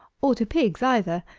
or to pigs either,